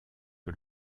que